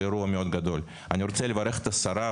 הוא אמר, הכול בסדר, אני רוצה להיות שם.